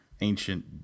ancient